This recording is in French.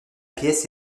pièce